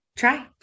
Try